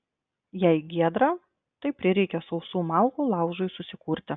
jei giedra tai prireikia sausų malkų laužui susikurti